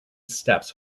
steps